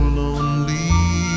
lonely